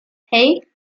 hei